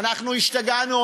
אנחנו השתגענו,